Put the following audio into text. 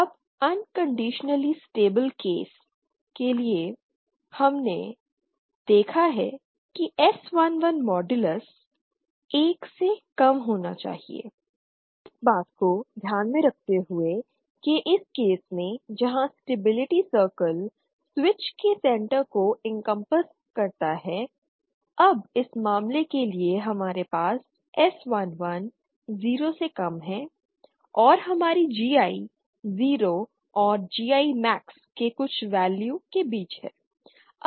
अब unconditionally stable case के लिए हमने देखा है कि S11 मॉड्यूल्स 1 से कम होना चाहिए इस बात को ध्यान में रखते हुए के इस केस में जहां स्टेबिलिटी सर्किल स्विच के सेण्टर को एनकंपास करता है अब इस मामले के लिए हमारे पास S11 0 से कम है और हमारी GI 0 और GI मैक्स के कुछ वैल्यू के बीच है